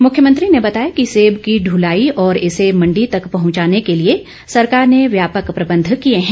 मुख्यमंत्री ने बताया कि सब की दुलाई और इसे मण्डी तक पहुंचाने के लिए सरकार ने व्यापक प्रबंध किए हैं